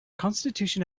constitution